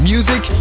Music